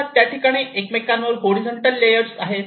आता त्या ठिकाणी एकमेकांवर हॉरिझॉन्टल लेयर्स आहेत